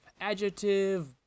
adjective